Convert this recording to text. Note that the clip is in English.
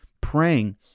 praying